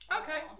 okay